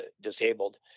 disabled